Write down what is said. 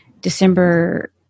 December